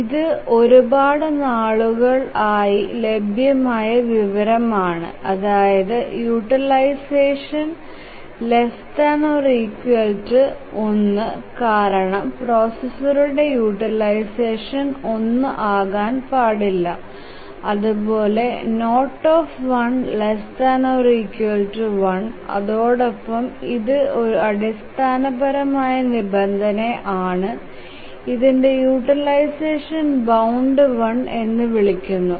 ഇതു ഒരുപാട് നാളുകൾ ആയി ലഭ്യമായ വിവരം ആണ് അതായത് യൂട്ടിലൈസഷൻ ∑ eipi1 കാരണം പ്രൊസസ്സറുടെ യൂട്ടിലൈസഷൻ 1 ആകാൻ പാടില്ല അതുപോലെ ∑eipi1 അതോപോടം ഇത് ഒരു അടിസ്ഥാനപരമായ നിബന്ധന ആണ് ഇതിനെ യൂട്ടിലൈസഷൻ ബൌണ്ട് 1 എന്നു വിളിക്കുന്നു